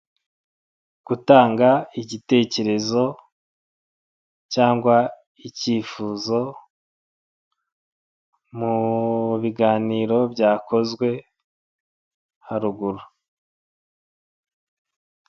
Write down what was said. Gutanga igitekerezo cyangwa icyifuzo mu biganiro byakozwe haruguru.